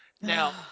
Now